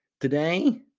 Today